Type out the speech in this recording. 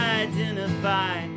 identify